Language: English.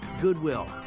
Goodwill